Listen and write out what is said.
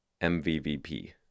MVVP